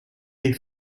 des